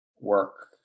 work